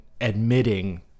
admitting